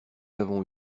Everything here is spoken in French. avons